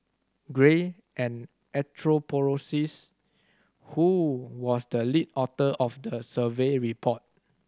gray an anthropologist who was the lead author of the survey report